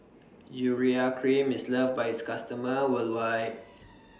Urea Cream IS loved By its customers worldwide